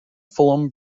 fulham